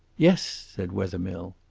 yes, said wethermill.